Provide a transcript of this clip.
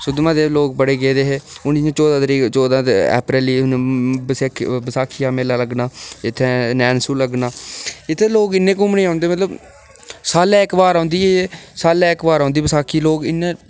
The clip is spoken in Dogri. सुद्धमहादेव लोग बड़े गेदे हे हून जियां चौह्दां तरीक चौह्दां अप्रैल ब बसाखी बसाखी दा मेला लग्गना इत्थै नैन सूह् लग्गना इत्थै लोग इन्ने घुम्मनै गी औंदे मतलब सालै दे इक बार औंदी एह् सालै इक्क बार औंदी बसाखी लोग इन्ने